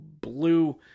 blue